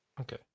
Okay